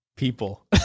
People